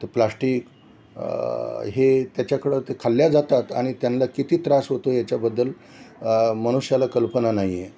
ते प्लास्टिक हे त्याच्याकडं ते खाल्ल्या जातात आणि त्यांना किती त्रास होतो याच्याबद्दल मनुष्याला कल्पना नाही आहे